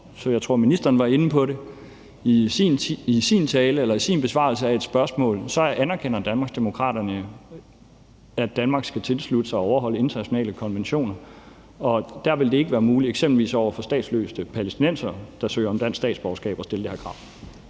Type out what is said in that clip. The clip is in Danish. Som jeg tror ministeren var inde på i sin besvarelse af et spørgsmål, anerkender Danmarksdemokraterne, at Danmark skal tilslutte sig og overholde internationale konventioner, og der vil det ikke være muligt, eksempelvis over for statsløse palæstinensere, der søger om dansk statsborgerskab, at stille det krav.